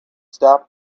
stop